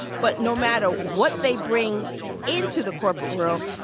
but no matter what they bring into the corporate world,